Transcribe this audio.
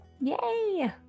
yay